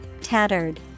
Tattered